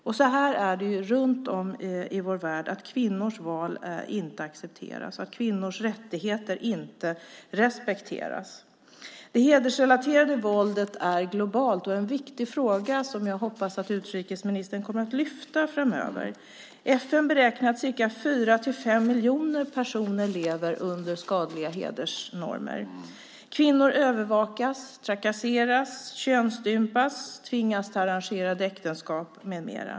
Runt om i vår värld är det så att kvinnors val inte accepteras, att kvinnors rättigheter inte respekteras. Det hedersrelaterade våldet är globalt, och jag hoppas att utrikesministern kommer att lyfta upp denna viktiga fråga framöver. FN beräknar att fyra fem miljoner människor lever under skadliga hedersnormer. Kvinnor övervakas, trakasseras, könsstympas, tvingas till arrangerade äktenskap med mera.